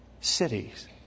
cities